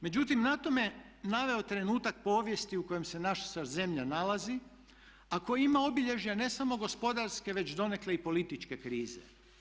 Međutim na to me naveo trenutak povijesti u kojem se naša zemlja nalazi, a koji ima obilježja ne samo gospodarske već donekle i političke krize.